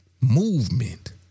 movement